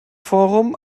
forum